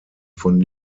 von